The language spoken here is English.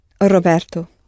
Roberto